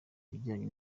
ibijyanye